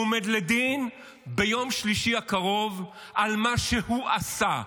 והוא עומד לדין ביום שלישי הקרוב על מה שהוא עשה.